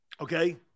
okay